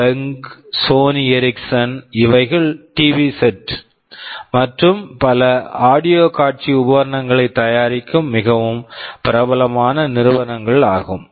பெங்க் Benq Sony Ericsson Sony Ericsson இவைகள் TV set TV sets கள் மற்றும் பல ஆடியோ audioகாட்சி உபகரணங்களை தயாரிக்கும் மிகவும் பிரபலமான நிறுவனங்கள் ஆகும்